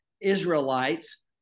Israelites